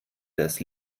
das